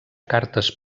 cartes